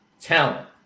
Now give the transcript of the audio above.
Talent